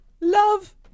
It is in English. Love